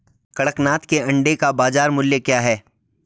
कड़कनाथ के अंडे का बाज़ार मूल्य क्या है?